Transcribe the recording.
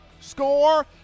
score